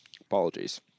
Apologies